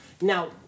now